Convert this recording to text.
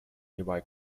nearby